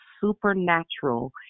supernatural